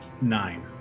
Nine